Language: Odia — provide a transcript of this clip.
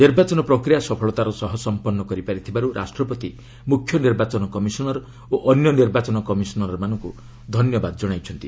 ନିର୍ବାଚନ ପ୍ରକ୍ରିୟା ସଫଳତାର ସହ ସମ୍ପନ୍ଧ କରିପାରିଥିବାରୁ ରାଷ୍ଟ୍ରପତି ମୁଖ୍ୟ ନିର୍ବାଚନ କମିଶନର ଓ ଅନ୍ୟ ନିର୍ବାଚନ କମିଶନରମାନଙ୍କୁ ଧନ୍ୟବାଦ କଣାଇଛନ୍ତି